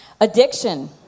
Addiction